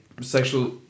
sexual